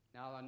Now